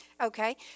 okay